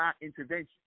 intervention